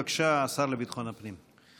בבקשה, השר לביטחון הפנים.